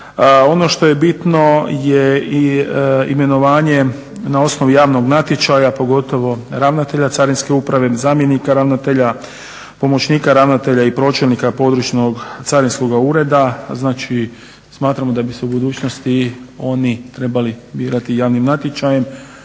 Ono što je bitno je i imenovanje na osnovu javnog natječaja, pogotovo ravnatelja carinske uprave, zamjenika ravnatelja, pomoćnika ravnatelja i pročelnika područnog carinskoga ureda. Znači smatramo da bi se u budućnosti oni trebali birati javnim natječajem.